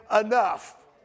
enough